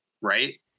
right